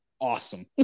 awesome